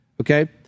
Okay